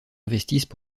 investissent